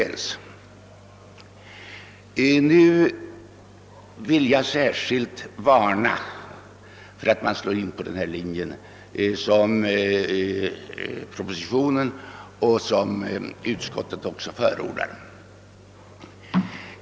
Det ger mig anledning att varna för att man slår in på den linjen, som både regeringen och utskottet förordar.